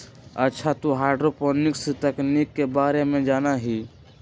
अच्छा तू हाईड्रोपोनिक्स तकनीक के बारे में जाना हीं?